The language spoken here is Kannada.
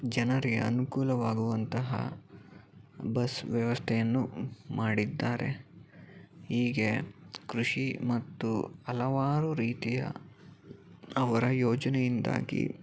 ಜನರಿಗೆ ಅನುಕೂಲವಾಗುವಂತಹ ಬಸ್ ವ್ಯವಸ್ಥೆಯನ್ನು ಮಾಡಿದ್ದಾರೆ ಹೀಗೆ ಕೃಷಿ ಮತ್ತು ಹಲವಾರು ರೀತಿಯ ಅವರ ಯೋಜನೆಯಿಂದಾಗಿ